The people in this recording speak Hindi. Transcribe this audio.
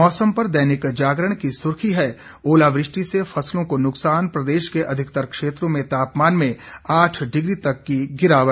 मौसम पर दैनिक जागरण की सुर्खी है ओलावृष्टि से फसलों को नुकसान प्रदेश के अधिकतर क्षेत्रों में तापमान में आठ डिग्री तक की गिरावट